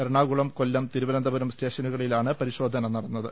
എറണാകുളം കൊല്ലം തിരുവനന്തപുരം സ്റ്റേഷനുകളിലാണ് പ്രിശോധന നടന്നത്